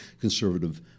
conservative